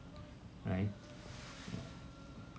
right ya